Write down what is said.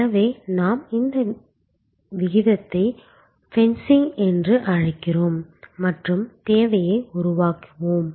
எனவே நாம் இந்த விகிதத்தை ஃபென்சிங் என்று அழைக்கிறோம் மற்றும் தேவையை உருவாக்குவோம்